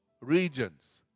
regions